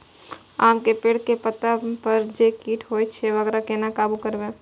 आम के पेड़ के पत्ता पर जे कीट होय छे वकरा केना काबू करबे?